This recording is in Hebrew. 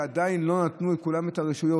שעדיין לא נתנו לכולם את הרשות,